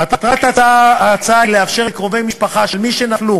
מטרת ההצעה היא לאפשר לקרובי משפחה של מי שנפלו